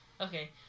Okay